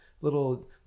little